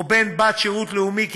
או בן או בת שירות לאומי,